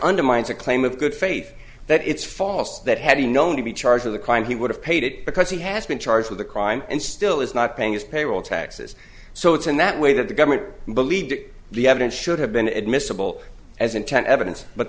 undermines a claim of good faith that it's false that had he known to be charged with a crime he would have paid it because he has been charged with a crime and still is not paying his payroll taxes so it's in that way that the government believes the evidence should have been admissible as intent evidence but